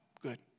Good